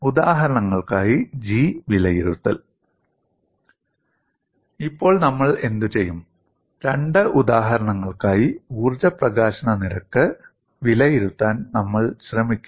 ഉദാഹരണങ്ങൾക്കായി ജി വിലയിരുത്തൽ ഇപ്പോൾ നമ്മൾ എന്തുചെയ്യും രണ്ട് ഉദാഹരണങ്ങൾക്കായി ഊർജ്ജ പ്രകാശന നിരക്ക് വിലയിരുത്താൻ നമ്മൾ ശ്രമിക്കും